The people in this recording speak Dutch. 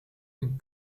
een